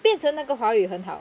变成那个华语很好